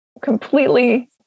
completely